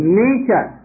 nature